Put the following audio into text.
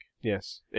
Yes